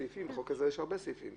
בחוק הזה יש הרבה סעיפים.